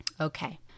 Okay